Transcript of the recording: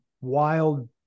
wild